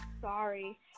sorry